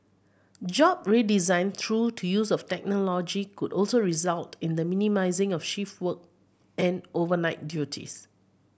job redesign through the use of could also result in the minimising of shift work and overnight duties